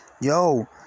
yo